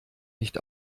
nicht